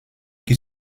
qui